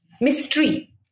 mystery